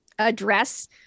address